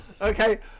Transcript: Okay